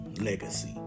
legacy